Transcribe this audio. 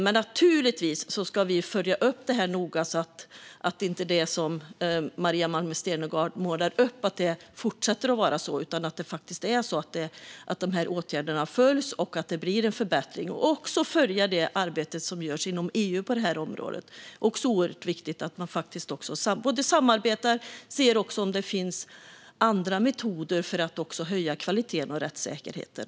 Men vi ska naturligtvis följa upp detta noga så att inte fortsätter att vara så som Maria Malmer Stenergard målar upp utan att åtgärderna faktiskt följs och det blir en förbättring. Vi ska också följa det arbete som görs inom EU på detta område. Det är oerhört viktigt att man samarbetar och ser om det finns andra metoder för att höja kvaliteten och rättssäkerheten.